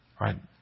Right